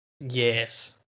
yes